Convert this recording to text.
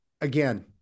again